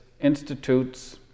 institutes